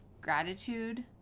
gratitude